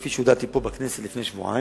כפי שהודעתי פה בכנסת לפני שבועיים,